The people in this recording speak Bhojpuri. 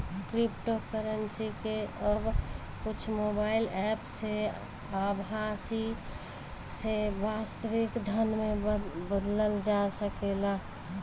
क्रिप्टोकरेंसी के अब कुछ मोबाईल एप्प से आभासी से वास्तविक धन में बदलल जा सकेला